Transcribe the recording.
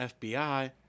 FBI